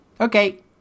Okay